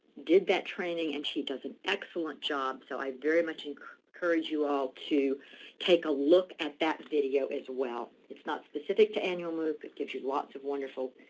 did that training, and she does an excellent job. so i very much encourage you all to take a look at that video, as well. it's not specific to annual move, but it give you lots of wonderful